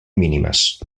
mínimes